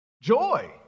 joy